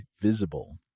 Visible